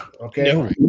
Okay